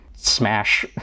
smash